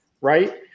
Right